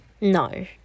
No